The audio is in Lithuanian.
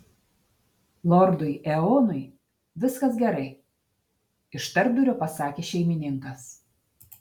lordui eonui viskas gerai iš tarpdurio pasakė šeimininkas